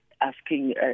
asking